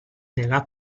degà